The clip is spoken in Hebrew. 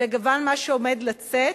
לבין מה שעומד לצאת,